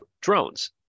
drones